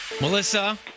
Melissa